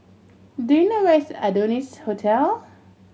do you know where is Adonis Hotel